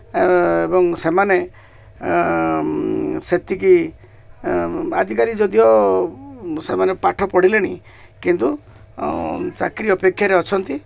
ଏବଂ ସେମାନେ ସେତିକି ଆଜିକାଲି ଯଦିଓ ସେମାନେ ପାଠ ପଢ଼ିଲେଣି କିନ୍ତୁ ଚାକିରି ଅପେକ୍ଷାରେ ଅଛନ୍ତି